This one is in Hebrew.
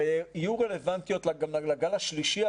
הרי יהיו רלוונטיות גם לגל השלישי,